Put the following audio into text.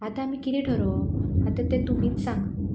आतां आमी किदें थारोवप आतां तें तुमीच सांगा